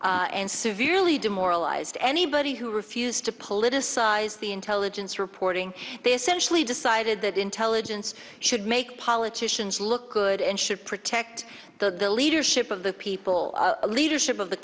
and severely demoralized anybody who refused to politicize the intelligence reporting this initially decided that intelligence should make politicians look good and should protect the leadership of the people leadership of the